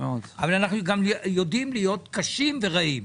אבל אנחנו גם יודעים להיות קשים ורעים.